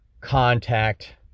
contact